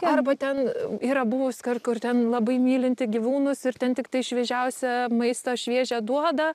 arba ten yra buvus kar kur ten labai mylinti gyvūnus ir ten tiktai šviežiausią maistą šviežią duoda